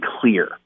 clear